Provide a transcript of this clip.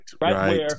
right